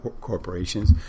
corporations